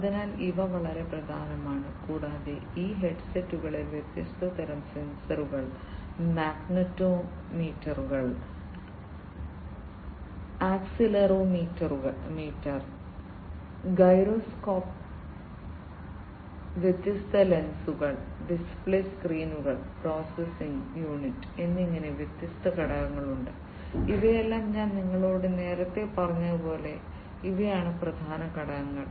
അതിനാൽ ഇവ വളരെ പ്രധാനമാണ് കൂടാതെ ഈ ഹെഡ്സെറ്റുകളിൽ വ്യത്യസ്ത തരം സെൻസറുകൾ മാഗ്നെറ്റോമീറ്ററുകൾ ആക്സിലറോമീറ്റർ ഗൈറോസ്കോപ്പ് വ്യത്യസ്ത ലെൻസുകൾ ഡിസ്പ്ലേ സ്ക്രീനുകൾ പ്രോസസ്സിംഗ് യൂണിറ്റ് എന്നിങ്ങനെ വ്യത്യസ്ത ഘടകങ്ങൾ ഉണ്ട് ഇവയെല്ലാം ഞാൻ നിങ്ങളോട് നേരത്തെ പറഞ്ഞതുപോലെ ഇവയാണ് പ്രധാന ഘടകങ്ങൾ